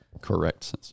Correct